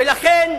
ולכן,